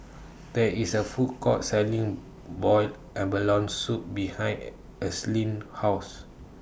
There IS A Food Court Selling boiled abalone Soup behind Ashlyn's House